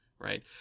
right